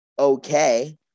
okay